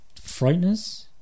Frighteners